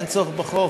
אין צורך בחוק,